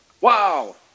Wow